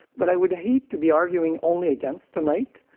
but i would hate to be arguing only against tonight.